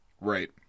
Right